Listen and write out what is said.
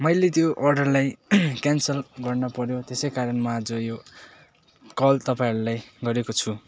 मेलै त्यो अर्डरलाई क्यान्सल गर्नु पऱ्यो त्यसैकारण म आज यो कल तपाईँहरूलाई गरेको छु